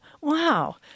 wow